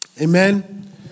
amen